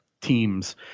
teams